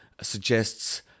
suggests